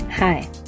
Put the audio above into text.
Hi